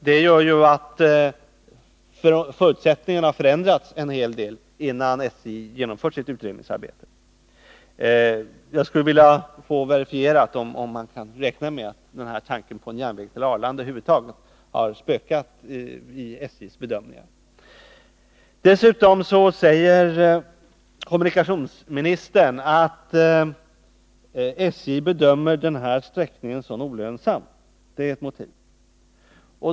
Det gör ju att förutsättningarna har förändrats en hel del innan SJ genomfört sitt utredningsarbete. Jag skulle vilja få verifierat om man kan räkna med att tanken på en järnväg till Arlanda över huvud taget har spökat i SJ:s bedömningar. Dessutom säger kommunikationsministern att ett motiv för att inte bygga denna järnväg är att SJ bedömer sträckan som olönsam.